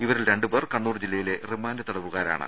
ഇവരിൽ രണ്ടു പേർ കണ്ണൂർ ജില്ലയിലെ റിമാന്റ് തടവുകരാണ്